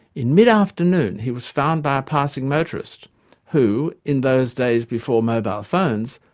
in mid-afternoon he was found by passing motorist who, in those days before mobile phones,